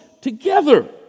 together